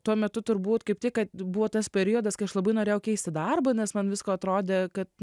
tuo metu turbūt kaip tik kad buvo tas periodas kai aš labai norėjau keisti darbą nes man visko atrodė kad